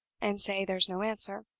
and say there's no answer.